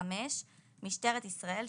(5)משטרת ישראל,